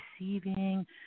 receiving